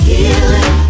Healing